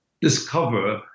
discover